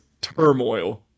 turmoil